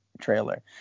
trailer